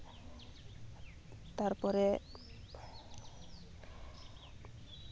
ᱛᱟᱨᱯᱚᱨᱮ